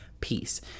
peace